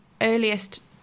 earliest